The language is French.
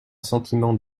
sentiment